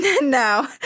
no